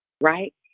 Right